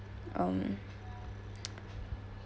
um